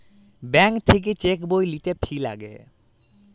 bank থাক্যে cheque বই লিতে ফি লাগে